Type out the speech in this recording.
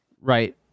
Right